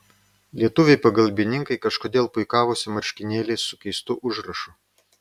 lietuviai pagalbininkai kažkodėl puikavosi marškinėliais su keistu užrašu